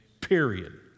Period